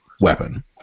weapon